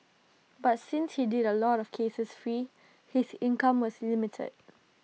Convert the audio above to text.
but since he did A lot of cases free his income was limited